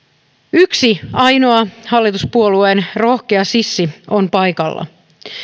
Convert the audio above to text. yksi ainoa hallituspuolueen rohkea sissi on paikalla